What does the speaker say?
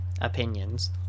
opinions